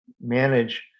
manage